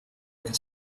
could